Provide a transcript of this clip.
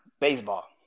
Baseball